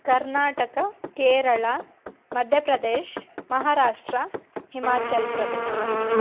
Karnataka Kerala Madhya Pradesh Maharashtra Himachal Pradesh